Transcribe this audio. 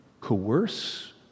coerce